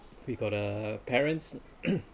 we got uh parents